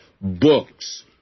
books